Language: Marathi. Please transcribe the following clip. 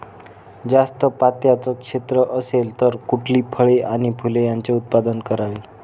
जास्त पात्याचं क्षेत्र असेल तर कुठली फळे आणि फूले यांचे उत्पादन करावे?